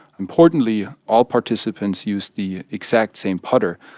importantly, all participants used the exact same putter.